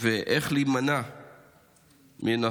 ואיך להימנע מטביעות.